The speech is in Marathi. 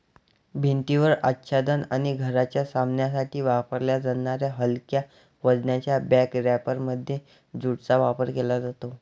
भिंतीवर आच्छादन आणि घराच्या सामानासाठी वापरल्या जाणाऱ्या हलक्या वजनाच्या बॅग रॅपरमध्ये ज्यूटचा वापर केला जातो